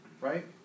Right